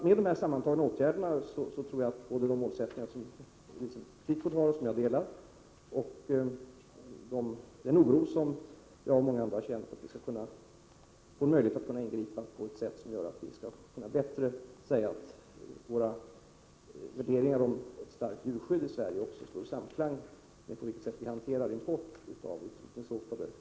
Med de här nämnda åtgärderna tror jag att vi skall kunna ingripa på ett sätt som gör att vi — med tanke på Elisabeth Fleetwoods uppfattning som jag delar och med tanke på den oro som jag och många ändra känner — med större rätt skall kunna säga att våra värderingar beträffande ett starkt djurskydd i Sverige står i samklang med det sätt på vilket vi hanterar importen av utrotningshotade djur.